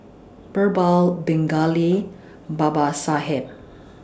Birbal Pingali Babasaheb